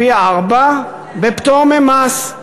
פי-ארבעה, בפטור ממס.